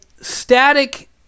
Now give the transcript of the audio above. Static